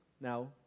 Now